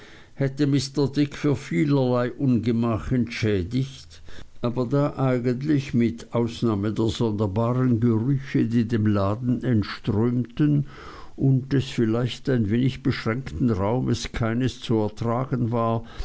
hätte mr dick für vielerlei ungemach entschädigt aber da eigentlich mit ausnahme der sonderbaren gerüche die dem laden entströmten und des vielleicht ein wenig beschränkten raumes keines zu ertragen war